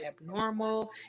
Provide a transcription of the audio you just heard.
abnormal